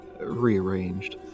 rearranged